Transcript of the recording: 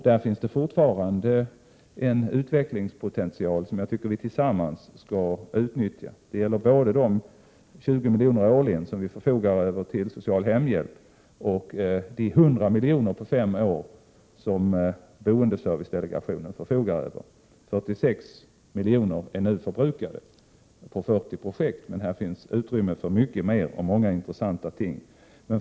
Där finns det fortfarande en utvecklingspotential som jag tycker att vi tillsammans skall utnyttja. Det gäller både de 20 miljoner årligen som vi förfogar över för social hemhjälp och de 100 miljoner på fem år som boendeservicedelegationen förfogar över. 46 miljoner är nu förbrukade på 40 projekt, men det finns utrymme för mycket mer och många intressanta ting här.